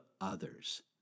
others